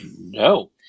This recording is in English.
no